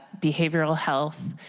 behavioral health,